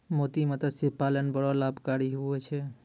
मोती मतस्य पालन बड़ो लाभकारी हुवै छै